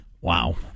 Wow